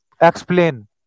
explain